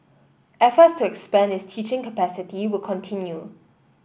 efforts to expand its teaching capacity will continue